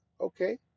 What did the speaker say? okay